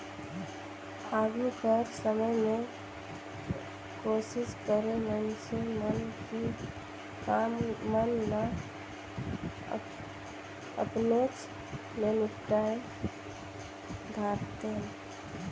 आघु कर समे में कोसिस करें मइनसे मन कि काम मन ल अपनेच ले निपटाए धारतेन